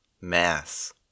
mass